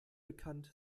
bekannt